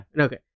Okay